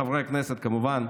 כמובן,